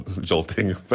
jolting